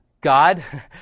God